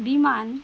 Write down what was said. বিমান